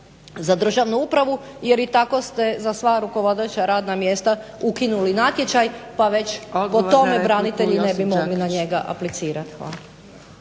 za državnu upravu jer i tako ste za sva rukovodeća radna mjesta ukinuli natječaj, pa već po tome branitelji ne bi mogli na njega aplicirati.